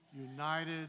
united